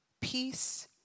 peace